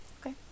Okay